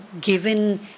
given